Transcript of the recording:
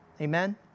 Amen